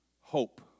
hope